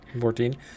Fourteen